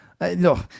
No